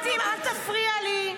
אל תפריע לי.